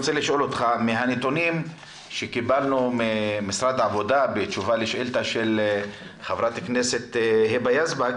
מהנתונים שקיבלנו ממשרד העבודה בתשובה לשאילתה של חברת הכנסת היבה יזבק